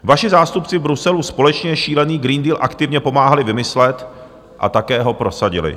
Vaši zástupci v Bruselu společně šílený Green Deal aktivně pomáhali vymyslet a také ho prosadili.